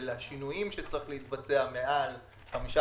של השינויים שצריכים להתבצע מעל 15%,